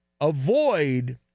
avoid